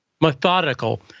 methodical